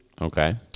Okay